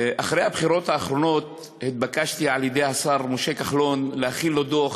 אחרי הבחירות האחרונות התבקשתי על-ידי השר משה כחלון להכין לו דוח